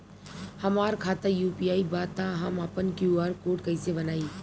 हमार खाता यू.पी.आई बा त हम आपन क्यू.आर कोड कैसे बनाई?